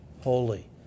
holy